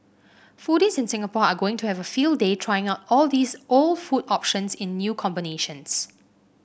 foodies in Singapore are going to have a field day trying out all these old food options in new combinations